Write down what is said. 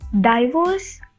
Divorce